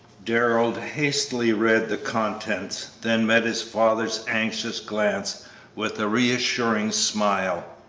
darrell hastily read the contents, then met his father's anxious glance with a reassuring smile.